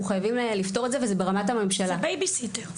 אנחנו חייבים לפתור את זה וזה ברמת הממשלה זה בייביסיטר,